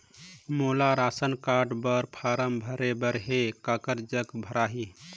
मोला ration card बर form भरे बर हे काकर जग भराही?